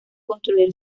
construir